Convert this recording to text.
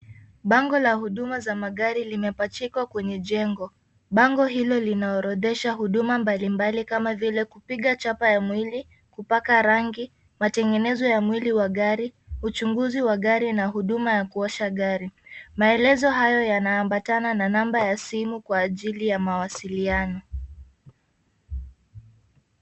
Bango la huduma za magari zimepachikwa kwenye jengo. Bango hilo linaorodhesha huduma mbalimbali kama vile kupiga chapa ya mwili, kupaka rangi, matengenezo ya mwili wa gari, uchunguzi wa gari na huduma ya kuosha gari. Maelezo hayo yanaambatana na namba ya simu kwa ajili ya mawasiliano.